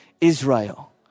Israel